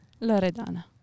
Loredana